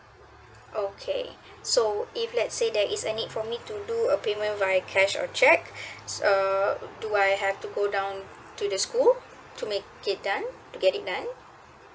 okay so if let's say there is a need for me to do a payment via cash or cheque um do I have to go down to the school to make it done to get it done